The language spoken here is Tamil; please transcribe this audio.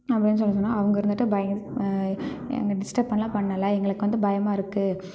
அப்படின்னு சொல்லி சொன்னோம் அவங்க இருந்துட்டு பயந் எங்களை டிஸ்டர்ப் எல்லாம் பண்ணலை எங்களுக்கு வந்து பயமாக இருக்குது